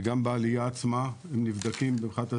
וגם בעלייה עצמה, הם נבדקים מבחינת הזהות,